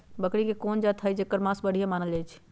बकरी के कोन जात हई जेकर मास बढ़िया मानल जाई छई?